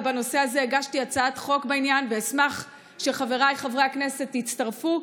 ובנושא הזה הגשתי הצעת חוק בעניין ואשמח שחבריי חברי הכנסת יצטרפו,